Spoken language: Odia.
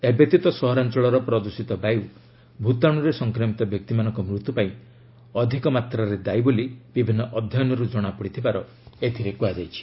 ଏହାବ୍ୟତୀତ ସହରାଞ୍ଚଳର ପ୍ରଦୃଷିତ ବାୟୁ ଭୂତାଣୁରେ ସଂକ୍ରମିତ ବ୍ୟକ୍ତିମାନଙ୍କ ମୃତ୍ୟୁ ପାଇଁ ଅଧିକ ଦାୟୀ ବୋଲି ବିଭିନ୍ନ ଅଧ୍ୟୟନରୁ କଣାପଡ଼ିଥିବାର ଏଥିରେ କୁହାଯାଇଛି